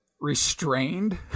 restrained